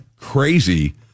crazy